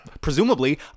presumably